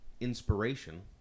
inspiration